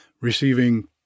receiving